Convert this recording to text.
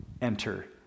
enter